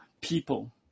people